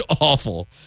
awful